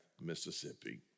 Mississippi